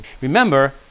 Remember